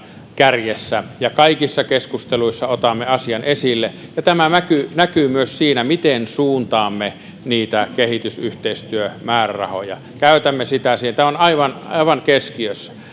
kärjessä ja kaikissa keskusteluissa otamme asian esille tämä näkyy näkyy myös siinä miten suuntaamme niitä kehitysyhteistyömäärärahoja käytämme niitä se on aivan aivan keskiössä